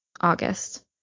August